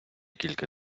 кілька